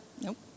Nope